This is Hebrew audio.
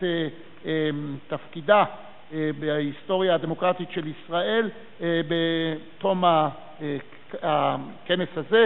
תפקידה בהיסטוריה הדמוקרטית של ישראל בתום הכנס הזה,